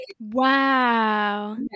wow